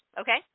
Okay